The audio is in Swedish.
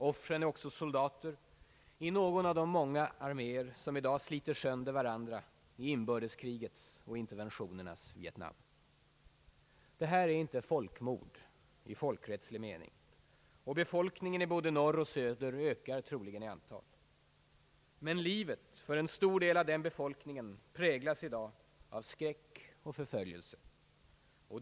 Offren är också soldater i någon av de många arméer som i dag sliter sönder varandra i inbördeskrigets och interventionernas Vietnam. Detta är inte »folkmord» i folkrättslig mening, och befolkningen ökar troligen i antal både i norr och i söder. Men livet för en stor del av den befolkningen präglas i dag av skräck och förföljelse.